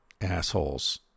assholes